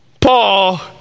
Paul